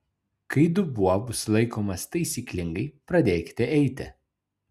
kai dubuo bus laikomas taisyklingai pradėkite eiti